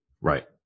Right